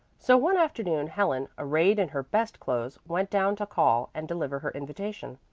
so one afternoon helen, arrayed in her best clothes, went down to call and deliver her invitation.